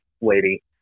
lady